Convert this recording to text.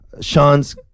Sean's